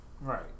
right